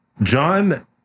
John